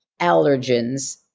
allergens